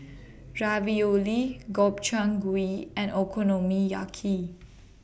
Ravioli Gobchang Gui and Okonomiyaki